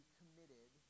committed